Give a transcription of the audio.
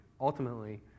Ultimately